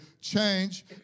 change